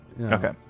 okay